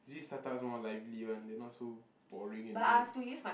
usually startups more lively one they not so boring and dead